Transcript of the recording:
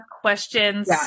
questions